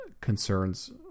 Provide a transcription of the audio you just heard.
concerns